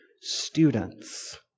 students